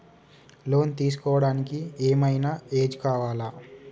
Loan తీస్కోవడానికి ఏం ఐనా ఏజ్ కావాలా?